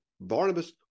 Barnabas